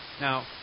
Now